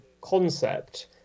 concept